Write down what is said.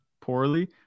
poorly